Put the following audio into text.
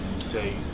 say